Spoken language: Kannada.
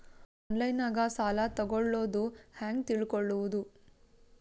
ಆನ್ಲೈನಾಗ ಸಾಲ ತಗೊಳ್ಳೋದು ಹ್ಯಾಂಗ್ ತಿಳಕೊಳ್ಳುವುದು?